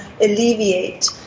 alleviate